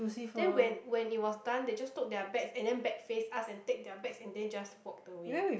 then when when it was done they just took their bags and then back face us and take their bags and then just walked away